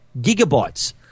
gigabytes